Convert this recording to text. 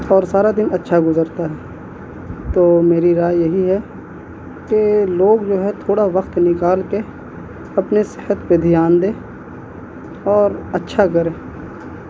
اور سارا دن اچھا گزرتا ہے تو میری رائے یہی ہے کہ لوگ جو ہے تھوڑا وقت نکال کے اپنے صحت پہ دھیان دیں اور اچھا کرے